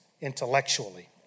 intellectually